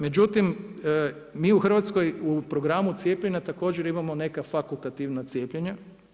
Međutim, mi u Hrvatskoj u programu cijepljenja također imamo neka fakultativna cijepljenja.